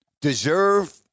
deserve